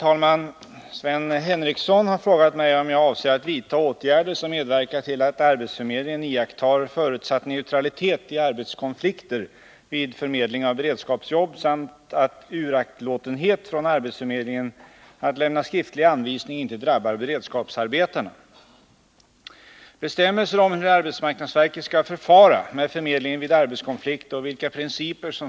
konflikten skall lämnas den arbetssökande. Av cirkulär från arbetsmarknadsstyrelsen den 21 april 1980 att döma synes man t.v. upphöra med förmedling av beredskapsarbeten — även om dessa sedan tidigare varit inrättade och nu förlänges.